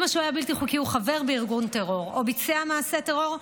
אם השוהה הבלתי-חוקי הוא חבר בארגון טרור או ביצע מעשה טרור,